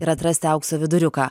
ir atrasti aukso viduriuką